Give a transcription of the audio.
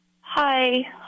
Hi